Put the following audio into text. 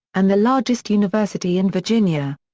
and the largest university in virginia.